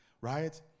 right